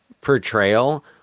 portrayal